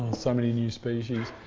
so many new species.